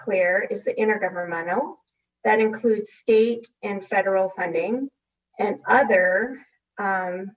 clear is the intergovernmental that includes state and federal funding and other